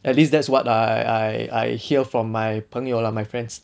at least that's what I I I hear from my 朋友 lah my friends